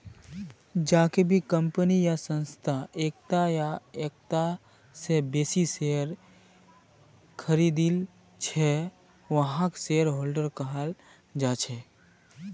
जेको भी कम्पनी या संस्थार एकता या एकता स बेसी शेयर खरीदिल छ वहाक शेयरहोल्डर कहाल जा छेक